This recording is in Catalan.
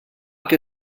que